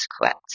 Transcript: correct